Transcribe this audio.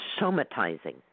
somatizing